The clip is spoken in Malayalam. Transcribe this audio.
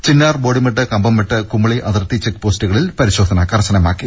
ചിന്നാർ ബോഡിമെട്ട് കമ്പംമെട്ട് കുമളി അതിർത്തി ചെക്ക് പോസ്റ്റുകളിലും പരിശോധന കർശനമാക്കി